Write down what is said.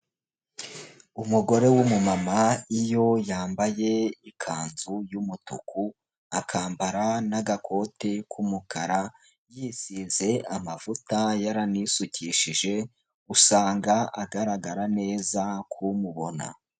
Umugore w'umu mama iyo yambaye ikanzu y'umutuku, akambara n'agakote k'umukara, yisize amavuta yaranisukishije, usanga agaragara neza kumubona.